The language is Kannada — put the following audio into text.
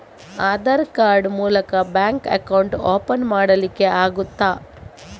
ಆಧಾರ್ ಕಾರ್ಡ್ ಮೂಲಕ ಬ್ಯಾಂಕ್ ಅಕೌಂಟ್ ಓಪನ್ ಮಾಡಲಿಕ್ಕೆ ಆಗುತಾ?